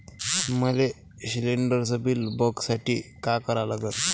मले शिलिंडरचं बिल बघसाठी का करा लागन?